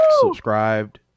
subscribed